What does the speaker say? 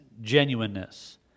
genuineness